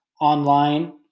online